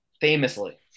famously